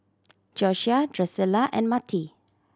Josiah Drusilla and Matie